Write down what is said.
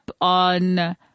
on